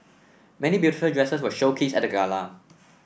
many beautiful dresses were showcased at the gala